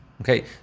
Okay